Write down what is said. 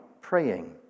praying